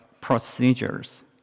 procedures